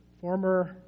former